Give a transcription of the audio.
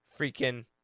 freaking